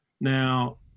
Now